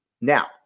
Now